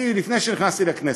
אני, לפני שנכנסתי לכנסת,